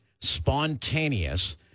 spontaneous